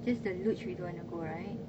just the luge we don't want to go right